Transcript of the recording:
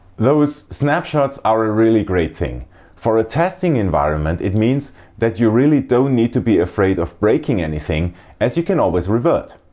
those snapshots are a really great thing for a testing environment it means that you really don't need to be afraid of breaking anything as you can always revert.